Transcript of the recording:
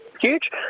huge